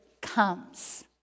comes